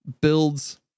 builds